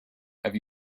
have